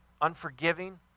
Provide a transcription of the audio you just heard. unforgiving